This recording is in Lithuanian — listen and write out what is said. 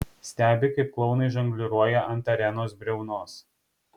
stebi kaip klounai žongliruoja ant arenos briaunos